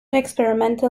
experimental